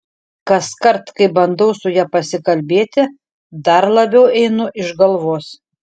kaskart kai bandau su ja pasikalbėti dar labiau einu iš galvos